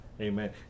amen